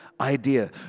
idea